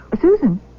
Susan